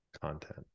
content